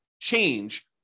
change